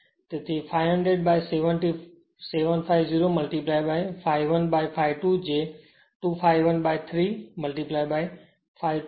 તેથી 500 by 750 ∅1 by ∅2 જે 2 ∅1by 3 ∅ 2 છે